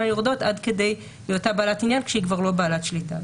יורדות עד כדי היותה בעלת עניין כשהיא כבר לא בעלת שליטה.